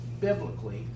biblically